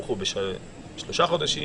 הוארכו בשלושה חודשים